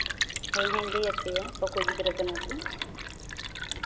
ᱦᱳᱭ ᱦᱟᱸᱜ ᱤᱧ ᱞᱟᱹᱭᱟᱯᱮᱭᱟᱹᱧ ᱚᱠᱚᱭ ᱜᱤᱫᱽᱨᱟᱹ ᱠᱟᱱᱟ ᱠᱤᱱ